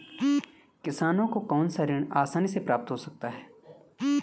किसानों को कौनसा ऋण आसानी से प्राप्त हो सकता है?